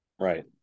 Right